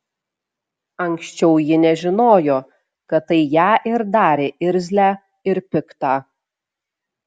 anksčiau ji nežinojo kad tai ją ir darė irzlią ir piktą